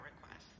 requests